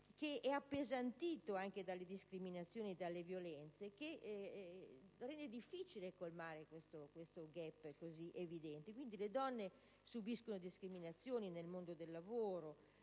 che è appesantito anche dalle discriminazioni e dalle violenze e che è difficile colmare. Quindi, le donne subiscono discriminazioni nel mondo del lavoro,